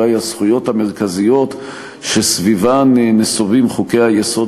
אולי הזכויות המרכזיות שסביבן מסובבים חוקי-היסוד